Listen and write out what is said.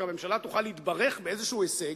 שהממשלה תוכל להתברך באיזשהו הישג,